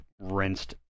rinsed